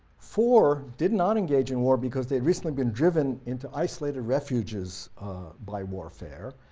four did not engage in war because they had recently been driven into isolated refuges by warfare.